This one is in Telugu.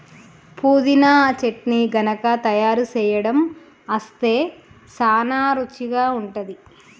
పుదీనా చట్నీ గనుక తయారు సేయడం అస్తే సానా రుచిగా ఉంటుంది